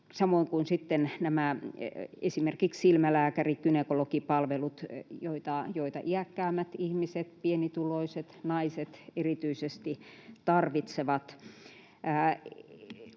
samoin kuin sitten esimerkiksi silmälääkäri‑ ja gynekologipalveluiden, joita iäkkäämmät ihmiset, pienituloiset, naiset erityisesti tarvitsevat.